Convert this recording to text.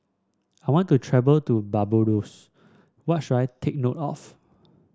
I want to travel to Barbados what should I take note of